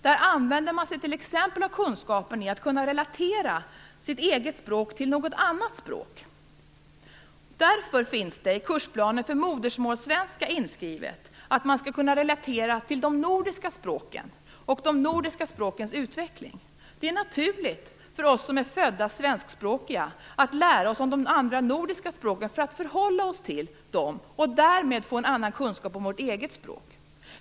Man använder sig t.ex. av kunskapen om hur man relaterar sitt eget språk till något annat språk. Därför är det inskrivet i kursplanen för modersmålsvenska att man skall kunna relatera till de nordiska språken och de nordiska språkens utveckling. Det är naturligt för oss som är födda svenskspråkiga att lära oss om de andra nordiska språken för att förhålla oss till dem och därmed få en annan kunskap om vårt eget språk.